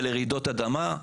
ולרעידות אדמה,